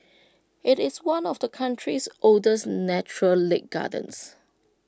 IT is one of the country's oldest natural lake gardens